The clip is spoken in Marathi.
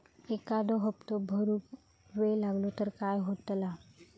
एखादो हप्तो भरुक वेळ लागलो तर काय होतला?